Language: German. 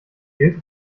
gilt